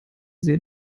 sehr